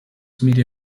media